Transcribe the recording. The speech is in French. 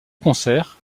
concert